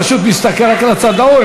פשוט מסתכל רק לצד ההוא,